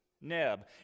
Neb